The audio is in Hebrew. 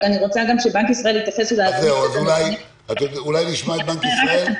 אני רוצה גם שבנק ישראל --- נשמע את בנק ישראל,